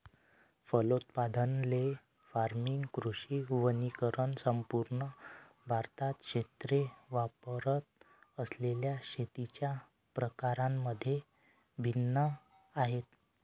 फलोत्पादन, ley farming, कृषी वनीकरण संपूर्ण भारतात क्षेत्रे वापरत असलेल्या शेतीच्या प्रकारांमध्ये भिन्न आहेत